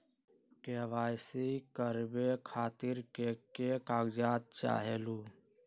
KYC करवे खातीर के के कागजात चाहलु?